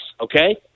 okay